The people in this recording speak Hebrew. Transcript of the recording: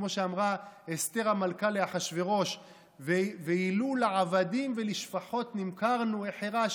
כמו שאמרה אסתר המלכה לאחשוורוש: "ואִלו לעבדים ולשפחות נמכרנו החרשתי,